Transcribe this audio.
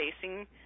facing